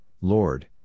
Lord